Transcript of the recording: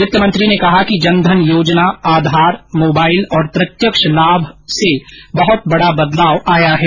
वित्तमंत्री ने कहा कि जन धन योजना आधार मोबाइल और प्रत्यक्ष अंतरण लाभ से बहुत बड़ा बदलाव आया है